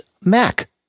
Mac